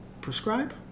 prescribe